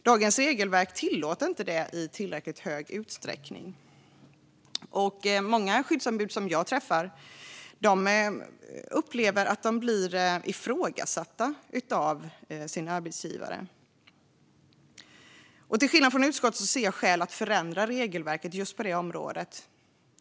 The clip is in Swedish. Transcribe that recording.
Dagens regelverk tillåter inte detta i tillräcklig utsträckning, och många skyddsombud som jag träffar upplever även att de blir ifrågasatta av sina arbetsgivare. Till skillnad från utskottet ser jag skäl att förändra regelverket på detta område.